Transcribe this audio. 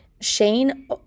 Shane